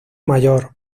mayor